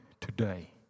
today